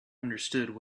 understood